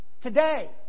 Today